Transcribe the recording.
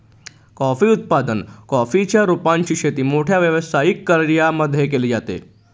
coffee उत्पादन, coffee च्या रोपांची शेती मोठ्या व्यावसायिक कर्यांमध्ये केली जाते